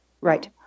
Right